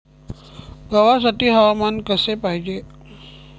गव्हासाठी हवामान कसे पाहिजे?